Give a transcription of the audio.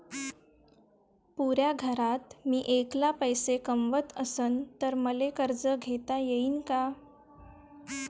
पुऱ्या घरात मी ऐकला पैसे कमवत असन तर मले कर्ज घेता येईन का?